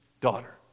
daughter